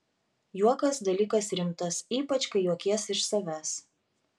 juokas dalykas rimtas ypač kai juokies iš savęs